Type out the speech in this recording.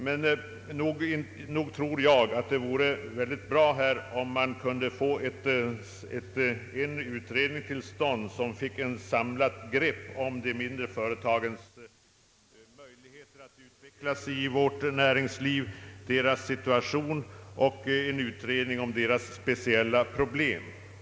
Men jag tycker att det vore bra om man kunde få till stånd en utredning, som gav ett samlat grepp om de mindre företagens möjligheter att utvecklas i vårt näringsliv, deras situation och deras speciella problem.